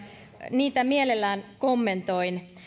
niitä mielelläni kommentoin